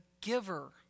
giver